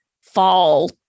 fall